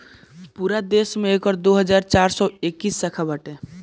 पूरा देस में एकर दो हज़ार चार सौ इक्कीस शाखा बाटे